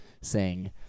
saying-